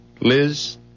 Liz